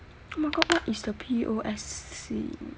oh my god what is the P_O_S_C_U